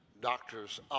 doctor's